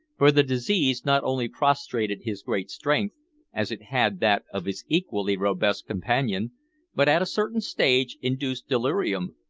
for the disease not only prostrated his great strength as it had that of his equally robust companion but, at a certain stage, induced delirium,